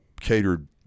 catered